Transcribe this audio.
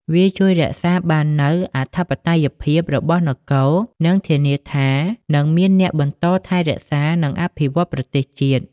វាជួយរក្សាបាននូវអធិបតេយ្យភាពរបស់នគរ និងធានាថានឹងមានអ្នកបន្តថែរក្សា និងអភិវឌ្ឍន៍ប្រទេសជាតិ។